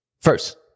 first